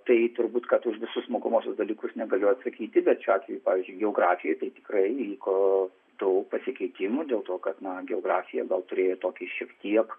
tai turbūt kad už visus mokomuosius dalykus negaliu atsakyti bet šiuo atveju pavyzdžiui geografijoj tai tikrai įvyko daug pasikeitimų dėl to kad na geografija gal turėjo tokį šiek tiek